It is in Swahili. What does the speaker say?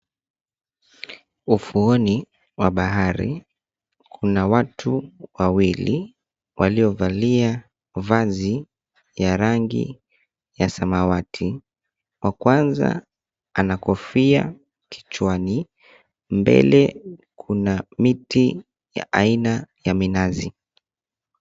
Ufuoni mwa bahari. Kuna watu wawili waliovalia vazi ya rangi ya samawati; wa kwanza ana kofia kichwani, mbele kuna miti za aina ya minazi.